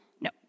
no